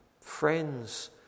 friends